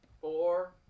four